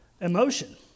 emotion